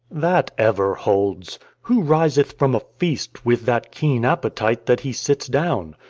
that ever holds who riseth from a feast with that keen appetite that he sits down?